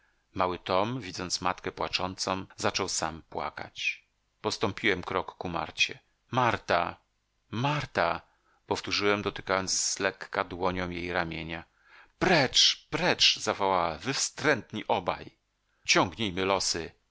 mały tom widząc matkę płaczącą zaczął sam płakać postąpiłem krok ku marcie marta marta powtórzyłem dotykając zlekka dłonią jej ramienia precz precz zawołała wy wstrętni obaj ciągnijmy losy